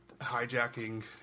hijacking